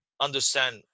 understand